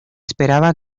esperaba